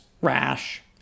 rash